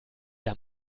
der